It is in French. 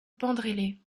bandrélé